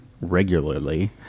regularly